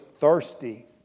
thirsty